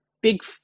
big